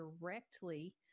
directly